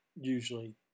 usually